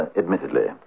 admittedly